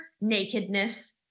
Nakedness